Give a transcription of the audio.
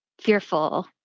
fearful